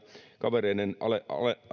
kavereiden